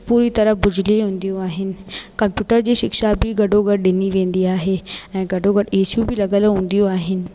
पूरी तरह बिजली हूंदियूं आहिनि कम्पयूटर जी शिक्षा बि गॾो गॾु ॾिनी वेंदी आहे ऐं गॾो गॾु एसियूं बि लॻियलु हूंदियूं आहिनि